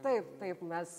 taip taip mes